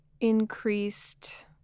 increased